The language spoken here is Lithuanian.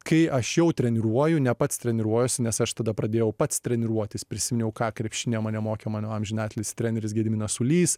kai aš jau treniruoju ne pats treniruojuosi nes aš tada pradėjau pats treniruotis prisiminiau ką krepšinio mane mokė mano amžinatilsį treneris gediminas ulys